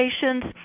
patients